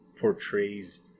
portrays